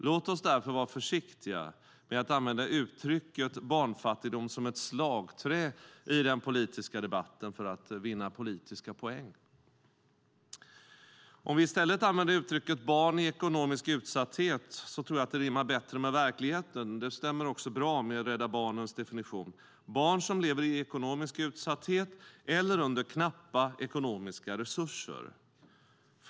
Låt oss därför vara försiktiga med att använda uttrycket "barnfattigdom" som ett slagträ i den politiska debatten för att vinna politiska poäng Om vi i stället använder uttrycket "barn i ekonomisk utsatthet" tror jag att det rimmar bättre med verkligheten. Det stämmer också bra med Rädda Barnens definition, det vill säga barn som lever i ekonomisk utsatthet eller under knappa ekonomiska resurser.